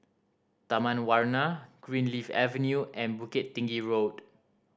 Taman Warna Greenleaf Avenue and Bukit Tinggi Road